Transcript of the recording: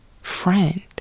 friend